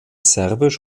serbisch